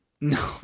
No